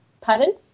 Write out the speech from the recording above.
pardon